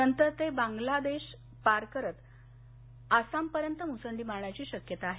नंतर ते बांगलादेश पार करत आसामपर्यंत मूसंडी मारण्याची शक्यता आहे